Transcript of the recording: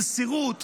במסירות,